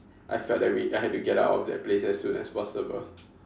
I felt that we I had to get out of that place as soon as possible